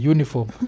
Uniform